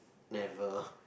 never